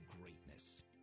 greatness